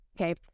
Okay